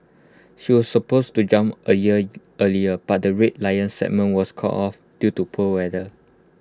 she was supposed to jump A year earlier but the Red Lions segment was called off due to poor weather